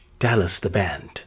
DallasTheBand